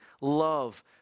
love